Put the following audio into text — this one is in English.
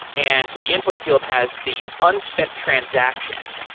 and so the input field has the unspent transaction,